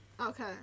Okay